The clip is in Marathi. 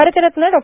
भारतरत्न डॉ